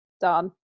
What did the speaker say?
done